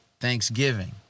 Thanksgiving